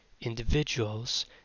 individuals